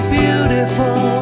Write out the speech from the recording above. beautiful